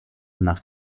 nach